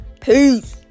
Peace